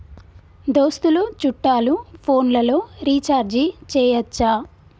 దోస్తులు చుట్టాలు ఫోన్లలో రీఛార్జి చేయచ్చా?